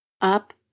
Up